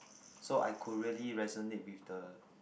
so I could really resonate with the